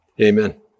amen